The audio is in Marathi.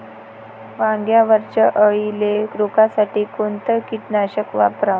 वांग्यावरच्या अळीले रोकासाठी कोनतं कीटकनाशक वापराव?